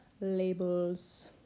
labels